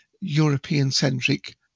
European-centric